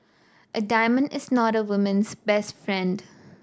a diamond is not a woman's best friend